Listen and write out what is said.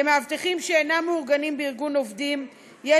למאבטחים שאינם מאורגנים בארגון עובדים יש